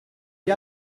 gli